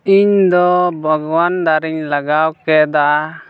ᱤᱧ ᱫᱚ ᱵᱟᱜᱣᱟᱱ ᱫᱟᱨᱮᱧ ᱞᱟᱜᱟᱣ ᱠᱮᱫᱟ